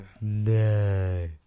No